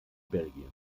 belgien